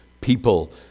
people